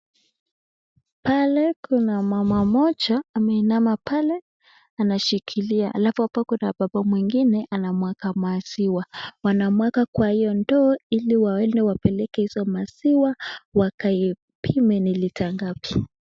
Pale kuna mama mmoja ameinama pale anashikilia, alafu hapo kuna baba mwingine anamwaga maziwa. Wanamwaga kwa hiyo ndoo ili waende wapeleke hizo maziwa wakaipime ni lita ngapi.